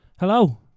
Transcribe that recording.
Hello